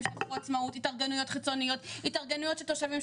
התארגנויות של תושבים.